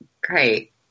Great